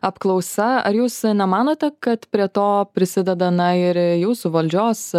apklausa ar jūs nemanote kad prie to prisideda na ir jūsų valdžios